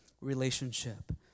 relationship